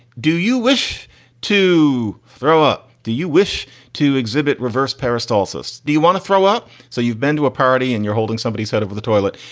do you wish to throw up? do you wish to exhibit reverse peristalsis? do you want to throw up? so you've been to a party and you're holding somebody said over the toilet,